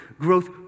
Growth